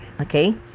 okay